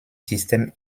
système